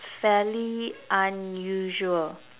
is fairly unusual